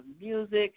music